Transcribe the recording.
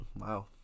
Wow